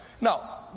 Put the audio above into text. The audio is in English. Now